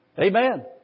Amen